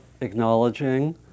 acknowledging